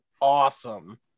awesome